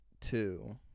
Two